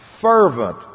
fervent